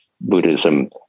Buddhism